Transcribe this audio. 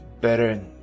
better